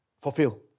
fulfill